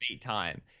time